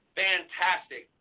fantastic